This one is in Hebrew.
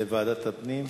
לוועדת הפנים?